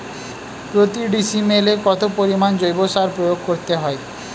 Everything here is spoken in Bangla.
প্রতি ডিসিমেলে কত পরিমাণ জৈব সার প্রয়োগ করতে হয়?